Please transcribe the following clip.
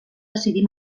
decidir